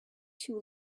too